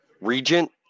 Regent